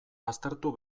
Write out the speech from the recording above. baztertu